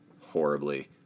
horribly